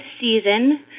season